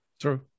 True